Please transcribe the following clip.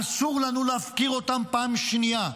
אסור לנו להפקיר אותם פעם שנייה,